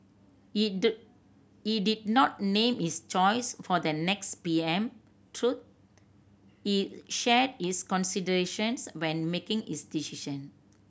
he do he did not name his choice for the next P M though he shared his considerations when making his decision